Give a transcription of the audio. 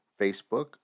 Facebook